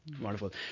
Wonderful